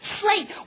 slate